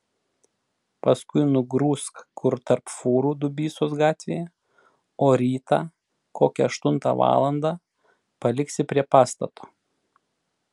paskui nugrūsk kur tarp fūrų dubysos gatvėje o rytą kokią aštuntą valandą paliksi prie pastato